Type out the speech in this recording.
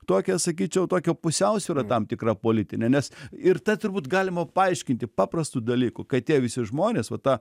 tokia sakyčiau tokia pusiausvyra tam tikra politinė nes ir tą turbūt galima paaiškinti paprastu dalyku kad tie visi žmonės va ta